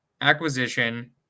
acquisition